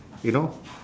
you know